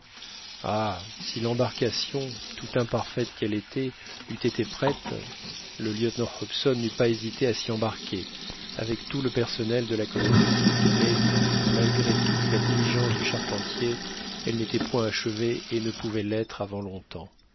ah si l'embarcation tout imparfaite qu'elle était eût été prête le lieutenant hobson n'eût pas hésité à s'y embarquer avec tout le personnel de la colonie mais malgré toute la diligence du charpentier elle n'était point achevée et ne pouvait l'être avant longtemps